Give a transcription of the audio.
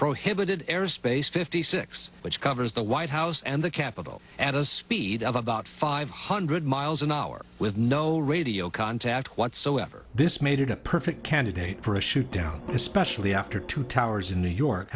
prohibited airspace fifty six which covers the white house and the capitol at a speed of about five hundred miles an hour with no radio contact whatsoever this made it a perfect candidate for a shoot down especially after two towers in new york